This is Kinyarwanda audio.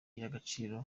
y’agaciro